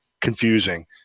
confusing